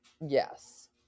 Yes